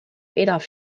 adolph